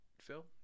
phil